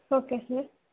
okay sir